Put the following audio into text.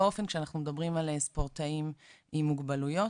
אופן שאנחנו מדברים על ספורטאים עם מוגבלויות.